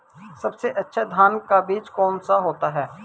सबसे अच्छा धान का बीज कौन सा होता है?